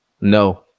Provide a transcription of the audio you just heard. No